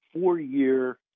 four-year